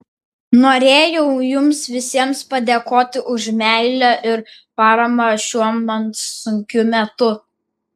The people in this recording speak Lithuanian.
norėjau jums visiems padėkoti už meilę ir paramą šiuo man sunkiu metu